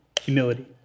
humility